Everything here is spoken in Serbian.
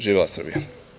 Živela Srbija.